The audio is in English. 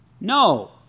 No